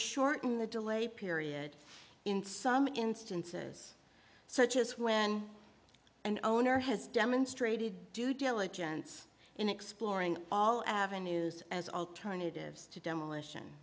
shorten the delay period in some instances such as when an owner has demonstrated due diligence in exploring all avenues as alternatives to demolition